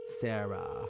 Sarah